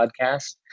podcast